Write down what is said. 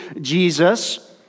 Jesus